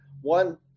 one